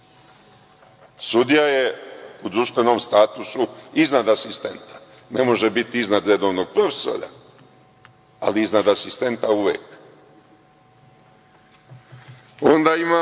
Sudija je u društvenom statusu iznad asistenta, ne može biti iznad redovnog profesora, ali iznad asistenta uvek. Onda imamo